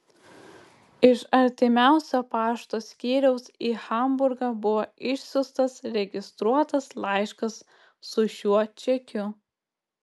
iš artimiausio pašto skyriaus į hamburgą buvo išsiųstas registruotas laiškas su šiuo čekiu